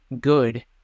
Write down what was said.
good